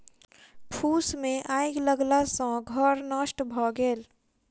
फूस मे आइग लगला सॅ घर नष्ट भ गेल